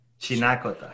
Chinacota